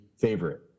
favorite